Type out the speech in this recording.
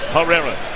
Herrera